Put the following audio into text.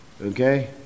okay